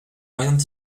variantes